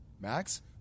max